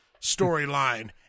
storyline